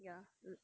ya uh